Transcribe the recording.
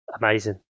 amazing